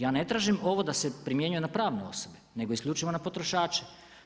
Ja ne tražim ovo da se primjenjuje na pravne osobe nego isključivo na potrošače.